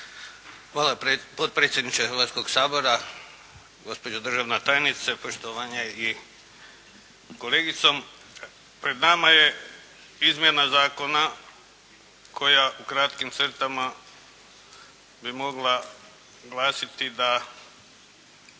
Hvala potpredsjedniče Hrvatskog sabora. Gospođo državna tajnice poštovanje i kolegicom. Pred nama je izmjena zakona koja u kratkim crtama bi mogla glasiti da